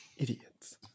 Idiots